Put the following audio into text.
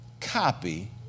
copy